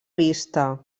vista